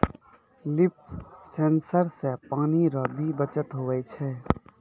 लिफ sensor से पानी रो भी बचत हुवै छै